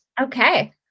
Okay